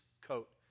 coat